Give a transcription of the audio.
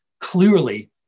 clearly